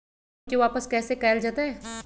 Loan के वापस कैसे कैल जतय?